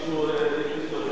יקדיש לו את זמנו, כנראה.